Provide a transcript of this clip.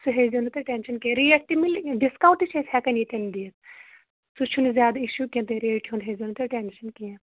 سُہ ہیٚزیو نہٕ تُہۍ ٹٮ۪نٛشن کیٚنٛہہ ریٹ تہِ مِلہِ ڈِسکاوُنٛٹ تہِ چھِ أسۍ ہٮ۪کن ییٚتٮ۪ن دِتھ سُہ چھُنہٕ زیادٕ اِشوٗ کیٚنٛہہ تۄہہِ ریٹہِ ہُنٛد ہیٚزیو نہٕ تُہۍ ٹٮ۪نٛشن کیٚنٛہہ